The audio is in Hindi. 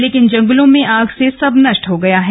लेकिन जंगलों में आग से सब नष्ट हो गया है